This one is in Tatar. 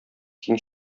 киң